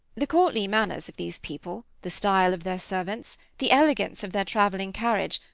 the courtly manners of these people, the style of their servants, the elegance of their traveling carriage,